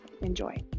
enjoy